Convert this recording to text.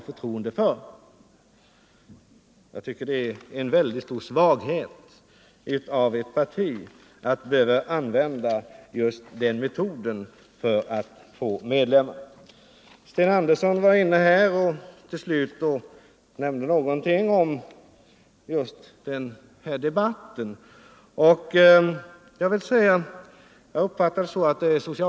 Nej, herr Nilsson, det är ingen skendebatt.